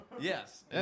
Yes